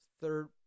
Third